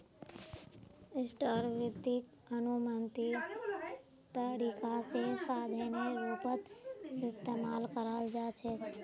short वित्तक अनुमानित तरीका स साधनेर रूपत इस्तमाल कराल जा छेक